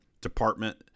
department